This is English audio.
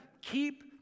keep